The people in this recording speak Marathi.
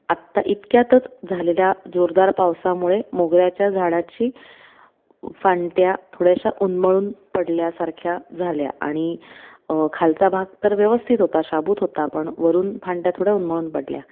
आता इतक्यातच झालेल्या जोरदार पावसामुळे मोगऱ्याच्या झाडाची फांद्या थोड्याशा उन्मळून पडल्यासारख्या झाल्या आणि खालचा भाग तर व्यवस्थित होता शाबुत होता पण वरून फांद्या थोड्या उन्मळून पडल्या